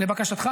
לבקשתך,